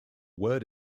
word